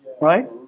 right